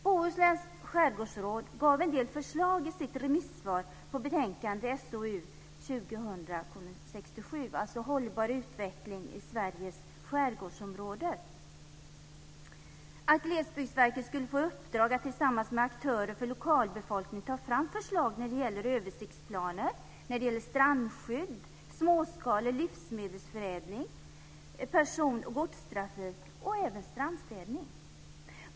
Bohusläns skärgårdsråd gav en del förslag i sitt remissvar på betänkandet SOU 2000:67, Levande skärgård. Glesbygdsverket föreslogs få i uppdrag att tillsammans med aktörer från lokalbefolkningen ta fram förslag när det gäller översiktsplaner, strandskydd, småskalig livsmedelsförädling, person och godstrafik och även strandstädning.